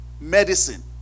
medicine